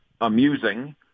amusing